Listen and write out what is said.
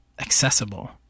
accessible